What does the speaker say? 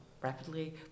rapidly